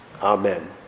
Amen